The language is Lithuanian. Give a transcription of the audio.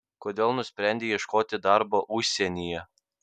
kodėl nusprendei ieškoti darbo užsienyje